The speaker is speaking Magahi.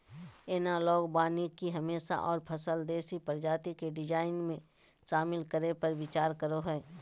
एनालॉग वानिकी हमेशा गैर फसल देशी प्रजाति के डिजाइन में, शामिल करै पर विचार करो हइ